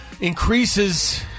increases